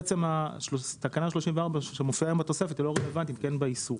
בעצם תקנה 34 שמופיעה עם התוספת היא לא רלוונטית כי אין בה איסור.